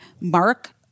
Mark